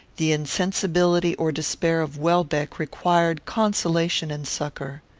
the insensibility or despair of welbeck required consolation and succour.